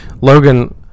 Logan